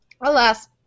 alas